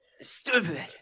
stupid